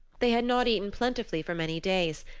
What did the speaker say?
they had not eaten plentifully for many days,